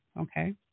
okay